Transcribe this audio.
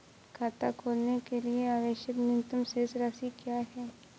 खाता खोलने के लिए आवश्यक न्यूनतम शेष राशि क्या है?